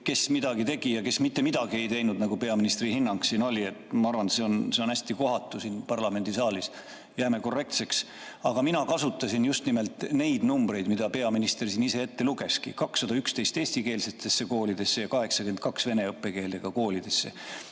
kes midagi tegi ja kes mitte midagi ei teinud, nagu peaministri hinnang siin oli. Ma arvan, et see on hästi kohatu siin parlamendisaalis. Jääme korrektseks. Aga mina kasutasin just nimelt neid numbreid, mida peaminister ise ette luges: 211 eestikeelsetesse koolidesse ja 82 vene õppekeelega koolidesse.